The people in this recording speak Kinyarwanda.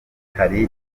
hari